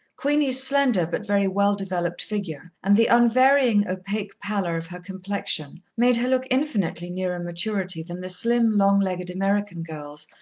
queenie's slender, but very well-developed figure and the unvarying opaque pallor of her complexion, made her look infinitely nearer maturity than the slim, long-legged american girls,